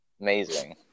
Amazing